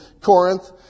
Corinth